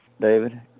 David